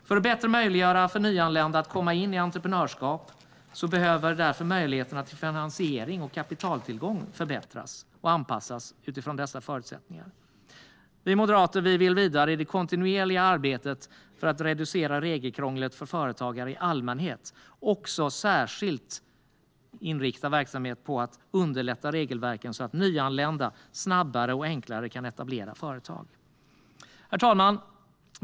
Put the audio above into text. För att bättre möjliggöra för nyanlända att komma in i entreprenörskap behöver därför möjligheterna till finansiering och kapitaltillgång förbättras och anpassas utifrån dessa förutsättningar. Vi moderater vill vidare i det kontinuerliga arbetet för att reducera regelkrånglet för företagare i allmänhet och särskilt inrikta verksamhet på att lätta på regelverken så att nyanlända snabbare och enklare kan etablera företag. Herr talman!